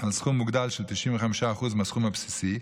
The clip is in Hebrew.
על סכום מוגדל של 95% מהסכום הבסיסי,